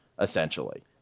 essentially